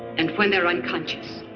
and when they're unconscious,